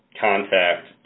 contact